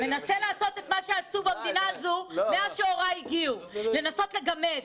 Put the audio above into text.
מנסה לעשות את מה שעשו במדינה הזו מאז שהוריי הגיעו לנסות לגמד.